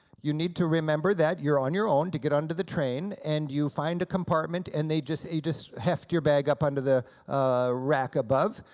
you need to remember that you're on your own to get onto the train, and you find a compartment, and they just you just heft your bag up onto the rack above,